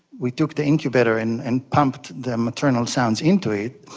we took the incubator and and pumped the maternal sounds into it,